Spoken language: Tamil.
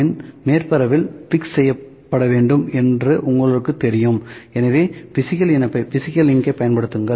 M இன் மேற்பரப்பில் ஃபிக்ஸ் செய்யப்பட வேண்டும் என்று உங்களுக்குத் தெரியும் எனவே பிசிக்கல் இணைப்பைப் பயன்படுத்துங்கள்